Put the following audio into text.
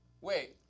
Wait